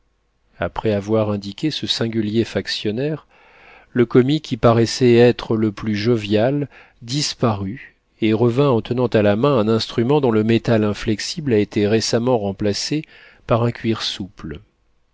après avoir indiqué ce singulier factionnaire le commis qui paraissait être le plus jovial disparut et revint en tenant à la main un instrument dont le métal inflexible a été récemment remplacé par un cuir souple